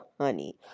honey